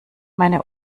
meine